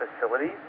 facilities